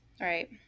Right